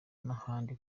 n’ahandi